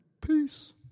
peace